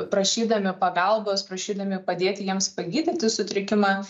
prašydami pagalbos prašydami padėti jiems pagydyti sutrikimą